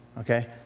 Okay